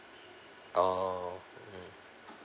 oh mm